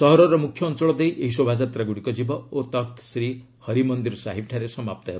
ସହରର ମ୍ରଖ୍ୟ ଅଞ୍ଚଳ ଦେଇ ଏହି ଶୋଭାଯାତ୍ରାଗୁଡ଼ିକ ଯିବ ଓ ତଖତ୍ଶ୍ରୀ ହରିମନ୍ଦିର ସାହିବ୍ଠାରେ ସମାପ୍ତ ହେବ